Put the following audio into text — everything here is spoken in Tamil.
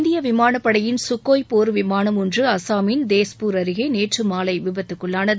இந்திய விமானப்படையின் சுக்கோய் போர் விமானம் ஒன்று அஸ்ஸாமின் தேஸ்பூர் அருகே நேற்று மாலை விபத்துக்குள்ளானது